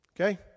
Okay